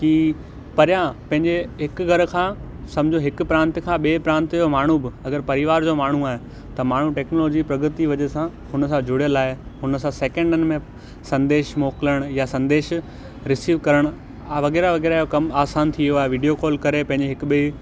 कि परियां पंहिंजे हिकु घर खां समुझो हिकु प्रांत खां ॿिएं प्रांत जो माण्हू बि अगरि परिवार जो माण्हू आहे त माण्हू टेक्नोलॉजी प्रगति वजह सां हुन सां जुड़ियल आहे हुन सां सैकेंडनि में संदेश मोकलाइण या संदेश रिसीव करण वग़ैरह वग़ैरह जो कमु आसानु थी वियो आहे वीडियो कॉल करे पंहिंजे हिकु ॿिएं